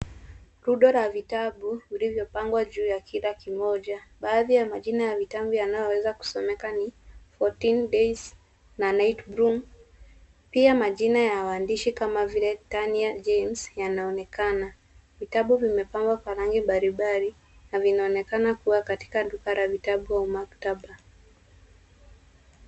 Rundo la vitabu vilinyopangwa juu ya kila kimoja. Baadhi ya majina ya vitabu yanayoweza kusomeka ni 14 Days na Night Room . Pia majina ya waandishi. Vitabu vimepangwa kwa rangi mbalimbali na vinaonekana kuwa katika duka la vitabu au maktaba.